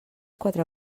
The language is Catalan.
quatre